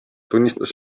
tunnistas